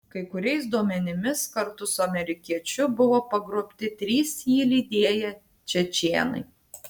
kai kuriais duomenimis kartu su amerikiečiu buvo pagrobti trys jį lydėję čečėnai